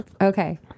Okay